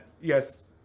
yes